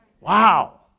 Wow